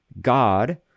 God